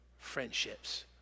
friendships